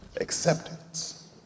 Acceptance